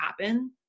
happen